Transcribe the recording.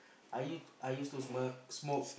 I I used to smoke